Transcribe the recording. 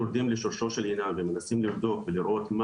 אם אנחנו יורדים לשורשו של עניין ומנסים לבדוק ולראות מה